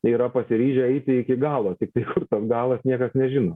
yra pasiryžę eiti iki galo tiktai kur tas galas niekas nežino